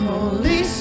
Holy